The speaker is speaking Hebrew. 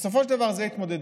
בסופו של דבר זו התמודדות,